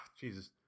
Jesus